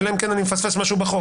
אלא אם כן אני מפספס משהו בחוק.